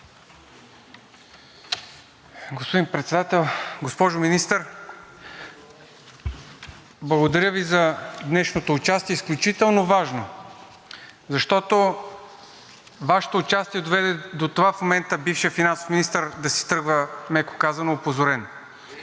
Господин Председател! Госпожо Министър, благодаря Ви за днешното участие – изключително важно. Защото Вашето участие доведе до това в момента бившият финансов министър да си тръгва, меко казано, опозорен.